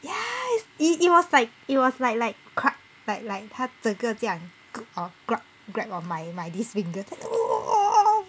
ya it was like it was like like like like 它整个这样 or grab grab on my my this finger oh oh